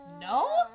no